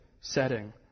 setting